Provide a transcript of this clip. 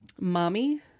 Mommy